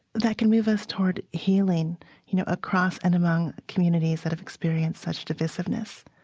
that can move us toward healing you know across and among communities that have experienced such divisiveness